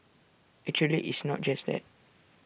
actually it's not just that